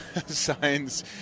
signs